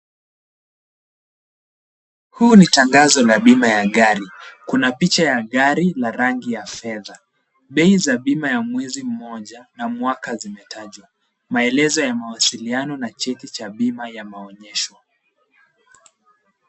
Huu ni tangazo la bima ya gari. Kuna picha ya gari la rangi ya fedha. Bei za bima ya mwezi mmoja na mwaka zimetajwa. Maelezo ya mawasiliano na cheti cha bima yameonyeshwa.